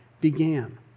began